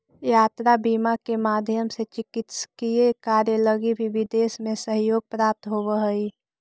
यात्रा बीमा के माध्यम से चिकित्सकीय कार्य लगी भी विदेश में सहयोग प्राप्त होवऽ हइ